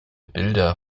bilder